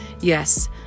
Yes